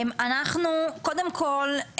קודם כל,